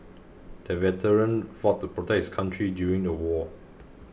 the veteran fought to protect his country during the war